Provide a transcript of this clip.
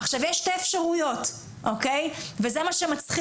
עכשיו, יש שתי אפשרויות, וזה מה שמצחיק.